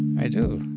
i do.